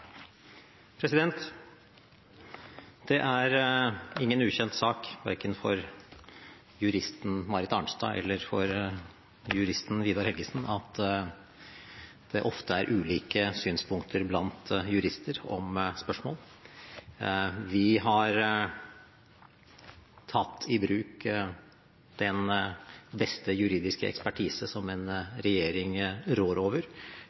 Det er ingen ukjent sak verken for juristen Marit Arnstad eller for juristen Vidar Helgesen at det ofte er ulike synspunkter blant jurister om spørsmål. Vi har tatt i bruk den beste juridiske ekspertise som en regjering rår over,